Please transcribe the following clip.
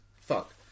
fuck